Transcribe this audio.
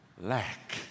lack